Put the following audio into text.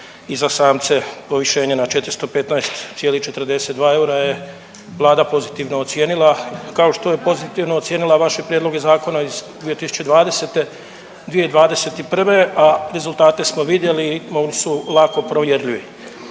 i za samce povišenje na 415,42 eura je Vlada pozitivno ocijenila, kao što je pozitivno ocijenila vaše prijedloge zakona iz 2020., 2021., a rezultate smo vidjeli, oni su lako provjerljivi.